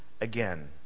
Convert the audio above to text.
again